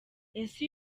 ese